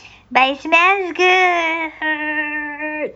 but it smells good